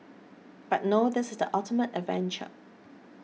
but no this is the ultimate adventure